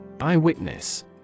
Eyewitness